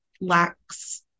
lacks